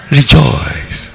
Rejoice